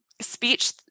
speech